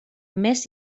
més